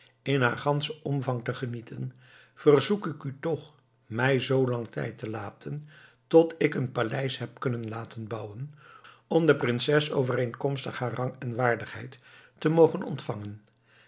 in haar ganschen omvang te genieten verzoek ik u toch mij zoolang tijd te laten tot ik een paleis heb kunnen laten bouwen om de prinses overeenkomstig haar rang en waardigheid te mogen ontvangen